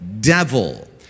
devil